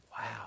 Wow